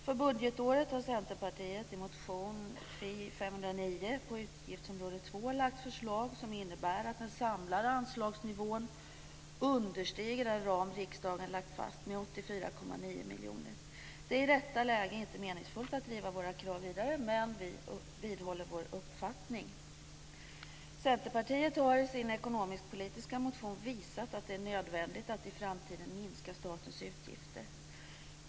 För budgetåret har Centerpartiet i motion Fi509 på utgiftsområde 2 lagt förslag som innebär att den samlade anslagsnivån understiger den ram riksdagen lagt fast med 84,9 miljoner. Det är i detta läge inte meningsfullt att driva våra krav vidare, men vi vidhåller vår uppfattning. Centerpartiet har i sin ekonomisk-politiska motion visat att det är nödvändigt att i framtiden minska statens utgifter.